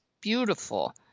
beautiful